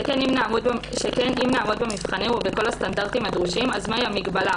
שכן אם נעמוד במבחנים ובכל הסטנדרטים הדרושים אז מה היא המגבלה?